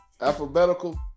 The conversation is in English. Alphabetical